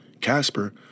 Casper